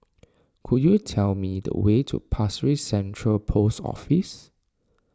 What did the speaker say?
could you tell me the way to Pasir Ris Central Post Office